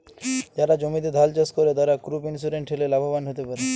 যারা জমিতে ধাল চাস করে, তারা ক্রপ ইন্সুরেন্স ঠেলে লাভবান হ্যতে পারে